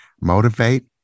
motivate